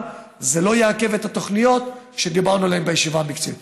אבל זה לא יעכב את התוכניות שדיברנו עליהן בישיבה המקצועית.